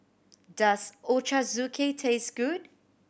does Ochazuke taste good